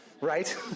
right